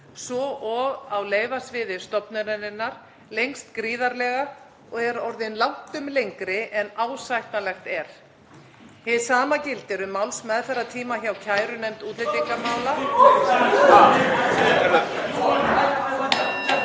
svo og á leyfasviði stofnunarinnar, lengst gríðarlega og er orðinn langtum lengri en ásættanlegt er. Hið sama gildir um málsmeðferðartíma hjá kærunefnd útlendingamála.